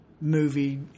movie